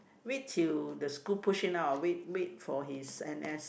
wait til the school push him ah wait wait for his n_s